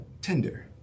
tender